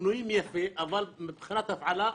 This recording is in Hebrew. שבנויים יפה, אבל מבחינת הפעלה,